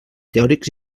teòrics